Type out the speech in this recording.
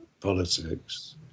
politics